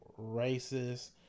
racist